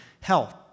health